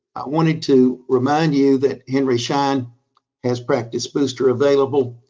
wanted to remind you that henry schein has practice booster available.